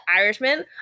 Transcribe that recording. Irishman